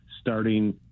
starting